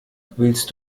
willst